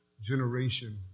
generation